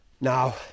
Now